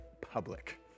public